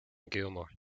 gilmore